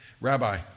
Rabbi